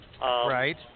Right